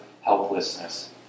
helplessness